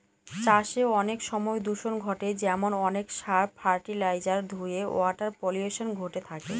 চাষে অনেক সময় দূষন ঘটে যেমন অনেক সার, ফার্টিলাইজার ধূয়ে ওয়াটার পলিউশন ঘটে থাকে